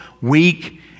weak